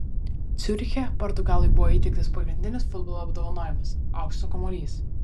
ciuriche portugalui buvo įteiktas pagrindinis futbolo apdovanojimas aukso kamuolys